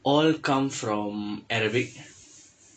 all come from arabic